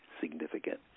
significant